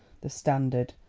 the standard,